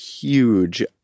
Huge